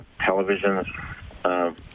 televisions